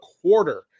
quarter